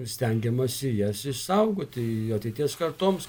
stengiamasi jas išsaugoti ateities kartoms